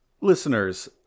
listeners